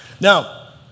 Now